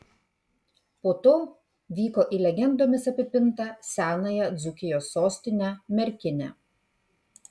po to vyko į legendomis apipintą senąją dzūkijos sostinę merkinę